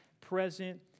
present